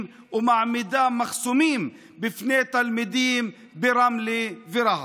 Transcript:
ומעמידה מחסומים בפני תלמידים ברמלה וברהט.